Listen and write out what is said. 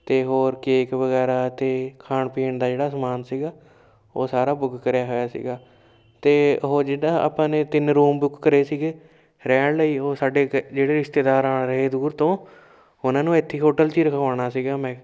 ਅਤੇ ਹੋਰ ਕੇਕ ਵਗੈਰਾ ਅਤੇ ਖਾਣ ਪੀਣ ਦਾ ਜਿਹੜਾ ਸਮਾਨ ਸੀਗਾ ਉਹ ਸਾਰਾ ਬੁੱਕ ਕਰਿਆ ਹੋਇਆ ਸੀਗਾ ਅਤੇ ਉਹ ਜਿੱਦਾਂ ਆਪਾਂ ਨੇ ਤਿੰਨ ਰੂਮ ਬੁੱਕ ਕਰੇ ਸੀਗੇ ਰਹਿਣ ਲਈ ਉਹ ਸਾਡੇ ਕ ਜਿਹੜੇ ਰਿਸ਼ਤੇਦਾਰ ਆ ਰਹੇ ਦੂਰ ਤੋਂ ਉਹਨਾਂ ਨੂੰ ਇੱਥੀ ਹੋਟਲ 'ਚ ਹੀ ਰਖਵਾਉਣਾ ਸੀਗਾ ਮੈਂ